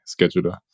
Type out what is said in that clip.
scheduler